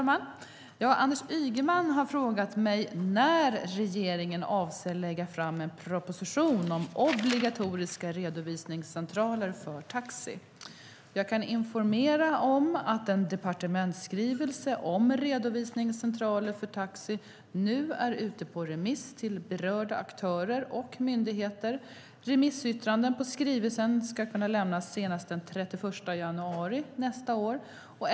Herr talman! Anders Ygeman har frågat mig när regeringen avser att lägga fram en proposition om obligatoriska redovisningscentraler för taxi. Jag kan informera om att en departementsskrivelse om redovisningscentraler för taxi nu är ute på remiss till berörda aktörer och myndigheter. Remissyttranden på skrivelsen kan lämnas senast den 31 januari nästa år.